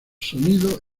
sonido